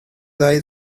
ddau